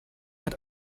hat